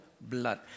blood